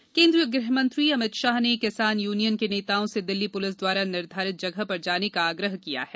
किसान चर्चा केंद्रीय गृहमंत्री अमित शाह ने किसान यूनियन के नेताओं से दिल्ली पुलिस द्वारा निर्धारित जगह पर जाने का आग्रह किया है